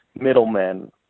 middlemen